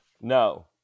No